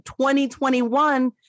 2021